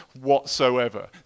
whatsoever